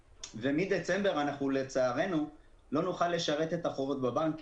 ומדצמבר לצערנו לא נוכל לשרת את החובות בבנקים,